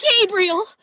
Gabriel